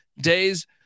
days